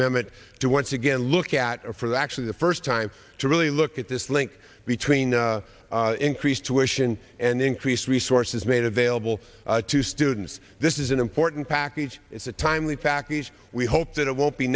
minute to once again look at for the actually the first time to really look at this link between increase tuition and increased resources made available to students this is an important package it's a timely factory's we hope that it won't be